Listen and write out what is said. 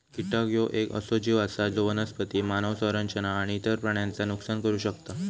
कीटक ह्यो येक असो जीव आसा जो वनस्पती, मानव संरचना आणि इतर प्राण्यांचा नुकसान करू शकता